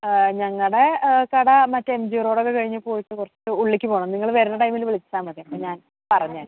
ഞങ്ങളുടെ കട മറ്റേ എം ജി റോഡൊക്കെ കഴിഞ്ഞ് പോയിട്ട് കുറച്ച് ഉള്ളിലെക്ക് പോകണം നിങ്ങൾ വരുന്ന ടൈമിൽ വിളിച്ചാൽ മതി അപ്പോൾ ഞാൻ പറഞ്ഞുതരാം